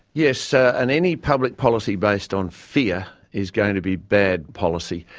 yes, so and any public policy based on fear is going to be bad policy.